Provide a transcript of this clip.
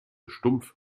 stumpf